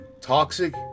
Toxic